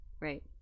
right